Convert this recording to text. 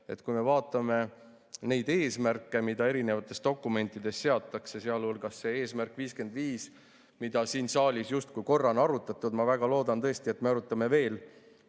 Kui me vaatame neid eesmärke, mida erinevates dokumentides seatakse, sealhulgas see "Eesmärk 55", mida siin saalis justkui korra on arutatud – ma väga loodan, et me arutame veel